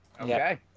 Okay